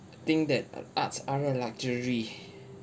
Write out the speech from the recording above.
think that uh arts are a luxury